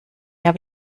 habe